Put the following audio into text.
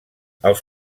els